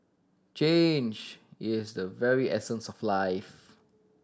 change is the very essence of life